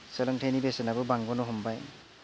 सोलोंथायनि बेसेनाबो बांबोनो हमबाय